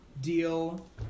Deal